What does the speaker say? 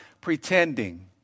pretending